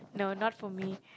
no not for me